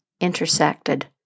intersected